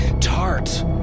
tart